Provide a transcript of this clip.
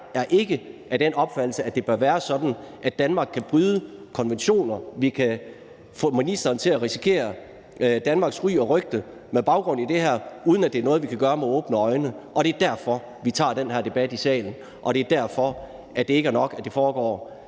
er ikke af den opfattelse, at det bør være sådan, at Danmark skal bryde konventioner. Vi kan få ministeren til at risikere Danmarks ry og rygte med baggrund i det her, uden at det er noget, vi kan gøre med åbne øjne, og det er derfor, vi tager den her debat i salen, og det er derfor, at det ikke er nok, at det foregår